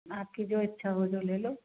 आपकी जो इच्छा हो जो ले लो